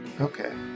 Okay